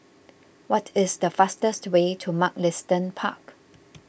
what is the fastest way to Mugliston Park